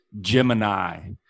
Gemini